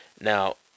Now